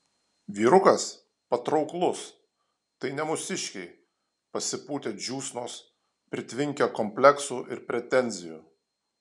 vyrukas patrauklus tai ne mūsiškiai pasipūtę džiūsnos pritvinkę kompleksų ir pretenzijų